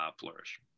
flourish